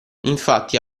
infatti